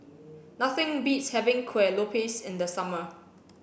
nothing beats having Kueh Lopes in the summer